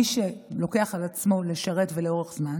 מי שלוקח על עצמו לשרת ולאורך זמן,